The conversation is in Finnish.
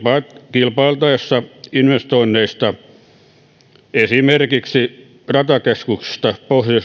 kilpailtaessa investoinneista esimerkiksi datakeskuksista pohjoismaisella tasolla